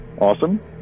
awesome